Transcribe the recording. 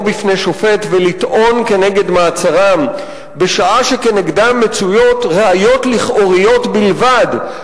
בפני שופט ולטעון כנגד מעצרם בשעה שכנגדם מצויות ראיות לכאוריות בלבד,